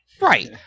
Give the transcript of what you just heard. Right